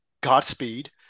Godspeed